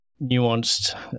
nuanced